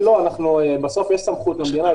בסוף יש סמכות למדינה,